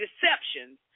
deceptions